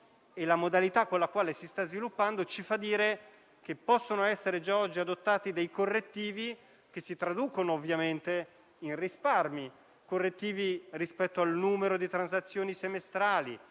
la modalità con la quale si sta sviluppando ci fa dire che possono essere già oggi adottati correttivi che si traducono ovviamente in risparmi. I correttivi possono essere rispetto al numero di transazioni semestrali,